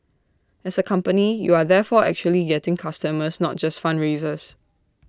as A company you are therefore actually getting customers not just fundraisers